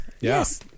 yes